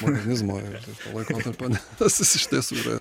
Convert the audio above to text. modernizmo ir to laikotarpio ne iš tiesų yra